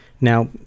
now